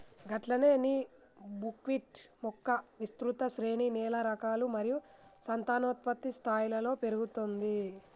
గట్లనే నీ బుక్విట్ మొక్క విస్తృత శ్రేణి నేల రకాలు మరియు సంతానోత్పత్తి స్థాయిలలో పెరుగుతుంది